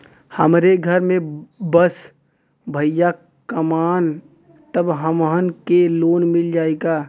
हमरे घर में बस भईया कमान तब हमहन के लोन मिल जाई का?